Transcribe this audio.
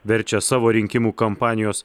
verčia savo rinkimų kampanijos